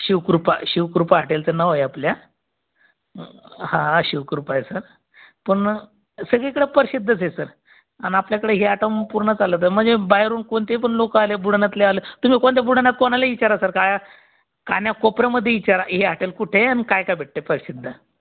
शिवकृपा शिवकृपा हाटेलचं नाव आहे आपल्या अ हां शिवकृपा आहे सर पण सगळीकडे प्रसिद्धच आहे सर आणि आपल्याकडे हे आयटम पूर्ण चालते म्हणजे बाहेरून कोणते पण लोक आले बुलढाण्यातली आले तुम्ही कोणत्या बुलढाण्यात कोणाला विचारा सर कान्याकोपऱ्यामध्ये विचारा हे हाटेल कुठे आहे आणि काय काय भेटतं प्रसिद्ध